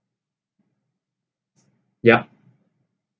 yup